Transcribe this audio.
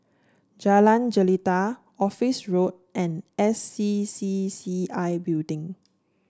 Jalan Jelita Office Road and S C C C I Building